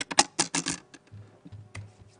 ארגוני הגנים, בבקשה, עורכת הדין קרן אוחנה.